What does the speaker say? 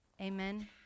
Amen